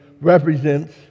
represents